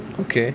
okay